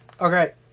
Okay